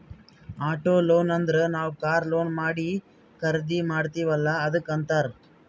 auto loan ಅಂದುರ್ ನಾವ್ car loan ಮಾಡಿ ಖರ್ದಿ ಮಾಡ್ತಿವಿ ಅಲ್ಲಾ ಅದ್ದುಕ್ ಅಂತ್ತಾರ್